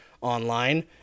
online